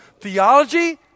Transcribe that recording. theology